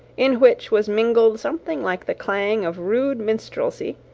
in which was mingled something like the clang of rude minstrelsy,